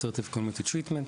Assertive Community Treatment.